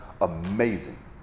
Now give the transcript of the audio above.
amazing